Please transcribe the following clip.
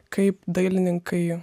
kaip dailininkai